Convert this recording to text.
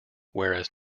whereas